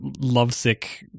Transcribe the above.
lovesick